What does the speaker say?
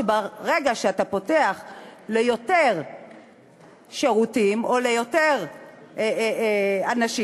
שברגע שאתה פותח ליותר שירותים או ליותר אנשים,